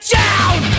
down